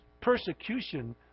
persecution